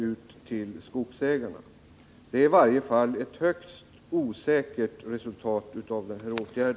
Det blir i varje fall ett högt osäkert resultat av denna åtgärd.